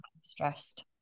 stressed